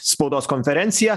spaudos konferencija